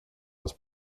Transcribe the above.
was